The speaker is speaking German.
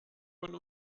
von